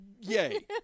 Yay